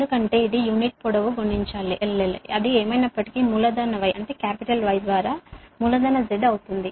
ఎందుకంటే ఇది యూనిట్ పొడవుl l గుణించాలి అది ఏమైనప్పటికీ Y ద్వారా Z అవుతుంది